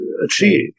achieve